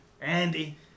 Andy